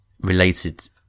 related